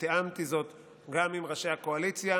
ותיאמתי זאת גם עם ראשי הקואליציה,